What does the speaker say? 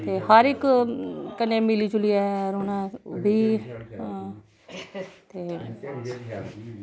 ते हर इक कन्नै मिली जुलियै रौह्ना बी ते